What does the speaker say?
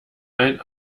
ein